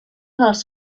dels